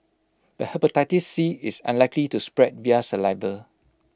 but Hepatitis C is unlikely to spread via saliva